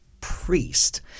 priest